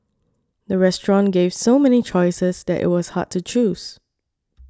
the restaurant gave so many choices that it was hard to choose